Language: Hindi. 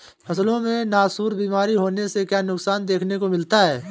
फसलों में नासूर बीमारी होने से क्या नुकसान देखने को मिलता है?